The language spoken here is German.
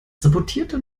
sabotierte